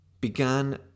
began